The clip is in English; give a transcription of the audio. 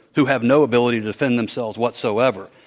who have no ability to defend themselves whatsoever.